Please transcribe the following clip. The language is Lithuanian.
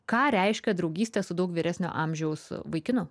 ką reiškia draugystė su daug vyresnio amžiaus vaikinu